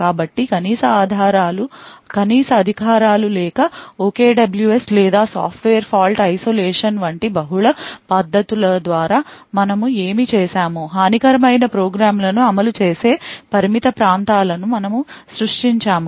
కాబట్టి కనీస అధికారాలు లేదా OKWS లేదా సాఫ్ట్వేర్ ఫాల్ట్ ఐసోలేషన్ వంటి బహుళ పద్ధతుల ద్వారా మనము ఏమి చేసాము హానికరమైన ప్రోగ్రామ్లను అమలు చేసే పరిమిత ప్రాంతాలను మనము సృష్టించాము